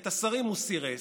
את השרים הוא סירס.